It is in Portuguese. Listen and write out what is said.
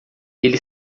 ele